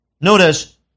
Notice